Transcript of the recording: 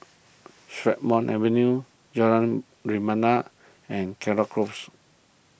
Strathmore Avenue Jalan Rebana and Caldecott Close